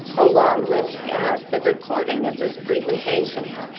along with the recording of this presentation.